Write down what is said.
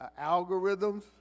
algorithms